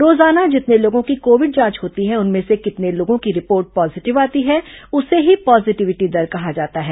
रोजाना जितने लोगों की कोविड जांच होती है उनमें से कितने लोग की रिपोर्ट पॉजिटिव आती है उसे ही पॉजिटिविटी दर कहा जाता है